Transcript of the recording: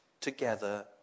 together